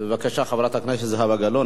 בבקשה, חברת הכנסת זהבה גלאון.